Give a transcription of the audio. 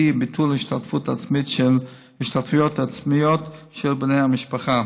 וביטול השתתפויות עצמיות של בני המשפחה,